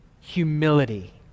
humility